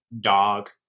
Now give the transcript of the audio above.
dog